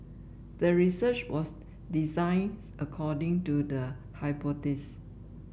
the research was designed according to the hypothesis